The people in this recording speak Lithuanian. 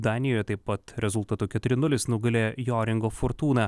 danijoje taip pat rezultatu keturi nulis nugalėjo joringo fortūną